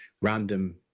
random